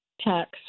tax